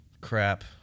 Crap